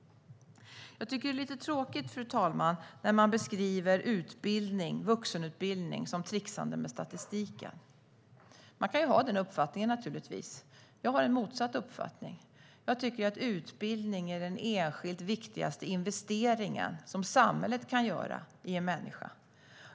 Jag tycker att det är lite tråkigt, fru talman, när man beskriver utbildning, vuxenutbildning, som trixande med statistiken. Man kan naturligtvis ha den uppfattningen. Jag har en motsatt uppfattning. Jag tycker att utbildning är den enskilt viktigaste investering som samhället kan göra i en människa.